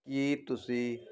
ਕੀ ਤੁਸੀਂ